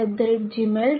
iisctagmail